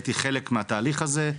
הייתי חלק מהתהליך הזה,